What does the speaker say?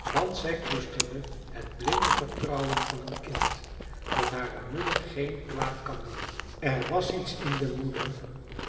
want zij koesterde het blinde vertrouwen van een kind dat hare moeder geen kwaad kan doen er was iets in de moeder